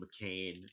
McCain